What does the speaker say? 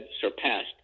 surpassed